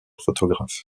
photographe